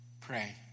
pray